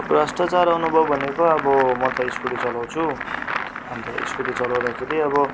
भ्रष्टाचार अनुभव भनेको अब म त स्कुटी चलाउँछु अन्त स्कुटी चलाउँदाखेरि अब